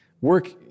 work